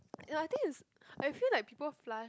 no I think is I feel like people flush